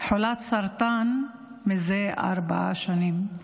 חולת סרטן זה ארבע שנים.